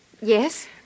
Yes